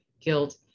guilt